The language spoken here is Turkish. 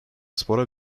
spora